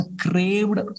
craved